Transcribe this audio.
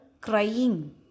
crying